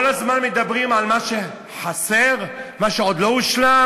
כל הזמן מדברים על מה שחסר, על מה שעוד לא הושלם,